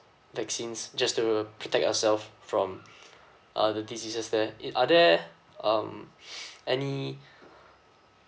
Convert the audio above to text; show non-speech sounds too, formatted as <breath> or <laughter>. vaccines just to uh protect ourself from uh the diseases there it are there um <breath> any